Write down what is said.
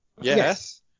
Yes